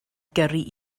gyrru